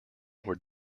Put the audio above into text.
were